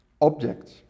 objects